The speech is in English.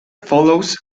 follows